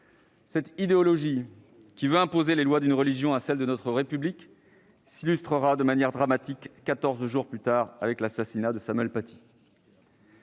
Cette idéologie qui veut imposer les lois d'une religion à celles de notre République s'illustrera de manière dramatique, quatorze jours plus tard, avec l'assassinat de Samuel Paty.